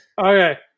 Okay